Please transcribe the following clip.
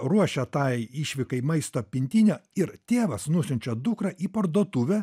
ruošia tai išvykai maisto pintinę ir tėvas nusiunčiau dukrą į parduotuvę